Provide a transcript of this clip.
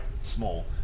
small